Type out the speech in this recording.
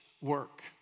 work